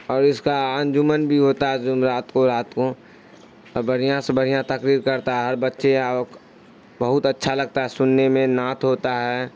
اور اس کا انجمن بھی ہوتا ہے جمعرات کو رات کو اور بڑھیا سے بڑھیا تقریر کرتا ہے ہر بچے اور بہت اچھا لگتا ہے سننے میں نعت ہوتا ہے